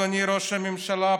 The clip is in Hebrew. אדוני ראש הממשלה,